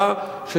המערכה על החברה,